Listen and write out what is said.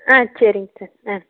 ஆ சரிங்க சார் ஆ